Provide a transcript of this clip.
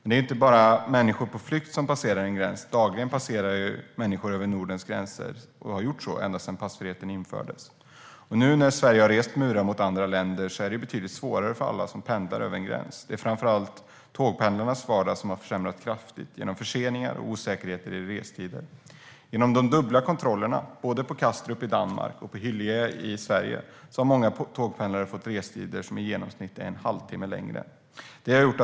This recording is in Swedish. Det är inte bara människor på flykt som passerar en gräns. Dagligen passerar människor över Nordens gränser, och de har gjort så ända sedan passfriheten infördes. Nu när Sverige har rest murar mot andra länder är det betydligt svårare för alla som pendlar över en gräns. Det är framför allt tågpendlarnas vardag som har försämrats kraftigt genom förseningar och osäkerheter i restider. På grund av de dubbla kontrollerna både på Kastrup i Danmark och i Hyllie i Sverige har många tågpendlare fått restider som i genomsnitt är en halvtimme längre.